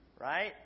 Right